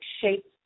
shapes